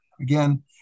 again